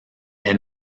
est